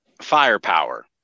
firepower